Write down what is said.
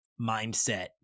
mindset